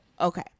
Okay